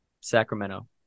Sacramento